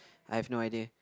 I have no idea